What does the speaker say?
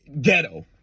ghetto